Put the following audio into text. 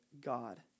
God